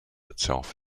itself